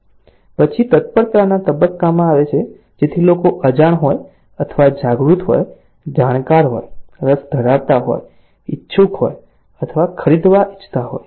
પછી તત્પરતાના તબક્કામાં આવે છે જેથી લોકો અજાણ હોય અથવા જાગૃત હોય જાણકાર હોય રસ ધરાવતા હોય ઈચ્છુક હોય અથવા ખરીદવા ઈચ્છતા હોય